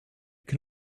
can